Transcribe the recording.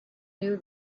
knew